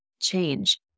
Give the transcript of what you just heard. change